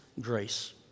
grace